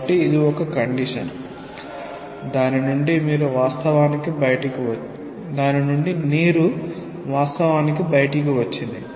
కాబట్టి ఇది ఒక కండిషన్ దాని నుండి నీరు వాస్తవానికి బయటికి వచ్చింది